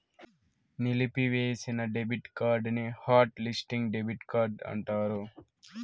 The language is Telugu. నిలిపివేసిన డెబిట్ కార్డుని హాట్ లిస్టింగ్ డెబిట్ కార్డు అంటారు